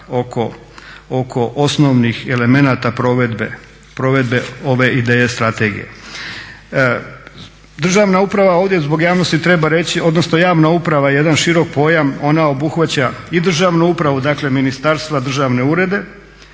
oko osnovnih elemenata provedbe, provedbe ove ideje strategije. Državna uprava ovdje zbog javnosti treba reći odnosno javna uprava je jedan širok pojam, ona obuhvaća i državnu upravu, dakle ministarstva, državne urede